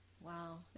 Wow